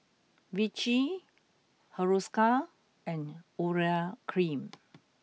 Vichy Hiruscar and Urea Cream